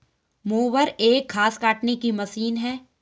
mower एक घास काटने की मशीन है